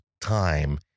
time